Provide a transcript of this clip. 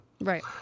Right